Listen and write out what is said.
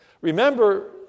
Remember